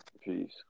Peace